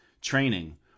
training